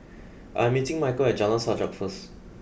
I'm meeting Michal at Jalan Sajak first